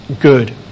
good